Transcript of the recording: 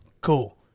Cool